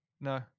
no